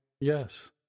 yes